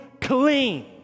clean